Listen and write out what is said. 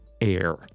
air